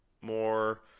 more